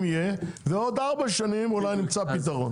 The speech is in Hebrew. יהיה ובעוד ארבע שנים אולי נמצא פתרון.